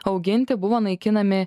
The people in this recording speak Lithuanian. auginti buvo naikinami